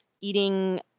eating